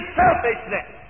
selfishness